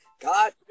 God